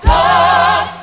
God